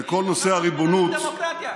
הרי כל נושא הריבונות, דמוקרטיה.